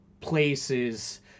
places